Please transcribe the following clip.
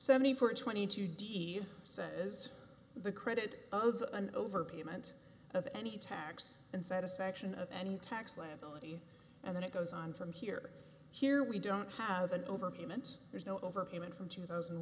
seventy four twenty two d says the credit of an overpayment of any tax and satisfaction of any tax liability and then it goes on from here here we don't have an overpayment there's no overpayment from two thousand and